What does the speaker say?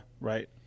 Right